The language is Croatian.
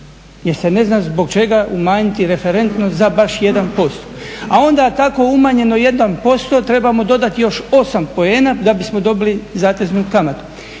jer se ne zna zbog čega umanjiti referentnost za baš 1%, a onda tako umanjeno 1% trebamo dodati još 8 poena da bismo dobili zateznu kamatu.